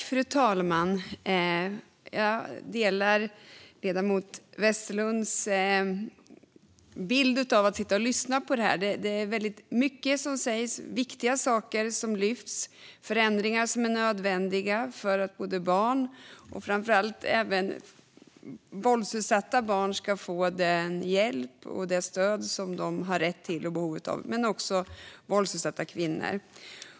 Fru talman! Jag håller med om det som ledamoten Westerlund sa om att sitta och lyssna på detta. Det är väldigt mycket som sägs och viktiga saker som lyfts fram. Det är förändringar som är nödvändiga för att barn - framför allt våldsutsatta barn - ska få den hjälp och det stöd som de har rätt till och behov av. Detta gäller också våldsutsatta kvinnor.